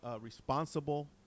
responsible